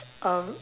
a